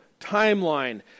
timeline